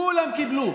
כולם קיבלו.